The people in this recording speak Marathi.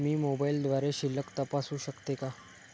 मी मोबाइलद्वारे शिल्लक तपासू शकते का?